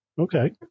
Okay